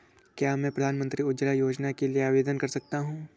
क्या मैं प्रधानमंत्री उज्ज्वला योजना के लिए आवेदन कर सकता हूँ?